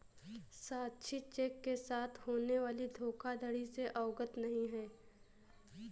साक्षी cheque के साथ होने वाली धोखाधड़ी से अवगत नहीं है